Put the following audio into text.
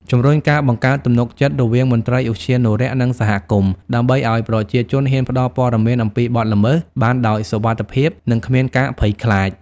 ជំរុញការបង្កើតទំនុកចិត្តរវាងមន្ត្រីឧទ្យានុរក្ស និងសហគមន៍ ដើម្បីឲ្យប្រជាជនហ៊ានផ្តល់ព័ត៌មានអំពីបទល្មើសបានដោយសុវត្ថិភាព និងគ្មានការភ័យខ្លាច។